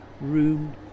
room